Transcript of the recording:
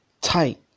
tight